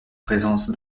présence